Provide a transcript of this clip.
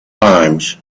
times